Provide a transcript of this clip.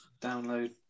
Download